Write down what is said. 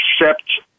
accept